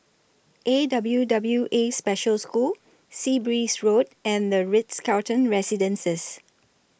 A W W A Special School Sea Breeze Road and The Ritz Carlton Residences